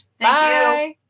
Bye